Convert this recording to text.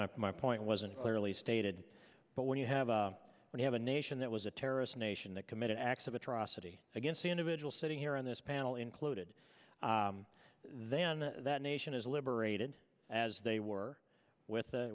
my my point wasn't clearly stated but when you have we have a nation that was a terrorist nation that committed acts of atrocity against the individual sitting here on this panel included then that nation is liberated as they were with